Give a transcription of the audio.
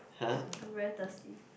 I'm very thirsty